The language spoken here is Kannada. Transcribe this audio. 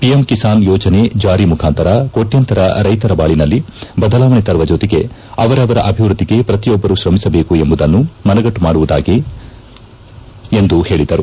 ಪಿಎಂ ಕಿಸಾನ್ ಯೋಜನೆ ಜಾರಿ ಮುಖಾಂತರ ಕೊಣ್ಟುಂತರ ರೈತರ ಬಾಳನಲ್ಲಿ ಬದಲಾವಣೆ ತರುವ ಜೊತೆಗೆ ಅವರವರ ಅಭಿವೃದ್ಧಿಗೆ ಪ್ರತಿಯೊಬ್ಬರು ತ್ರಮಿಸಬೇಕೆಂಬುದನ್ನು ಮನದಟ್ಟು ಮಾಡುವುದಾಗಿದೆ ಎಂದು ಪೇಳದರು